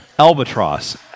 Albatross